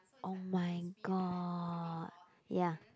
oh-my-god ya